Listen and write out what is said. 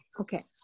Okay